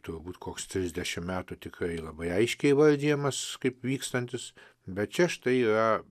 turbūt koks trisdešim metų tikrai labai aiškiai įvardijamas kaip vykstantis bet čia štai yra